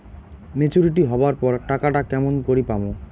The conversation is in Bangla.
মেচুরিটি হবার পর টাকাটা কেমন করি পামু?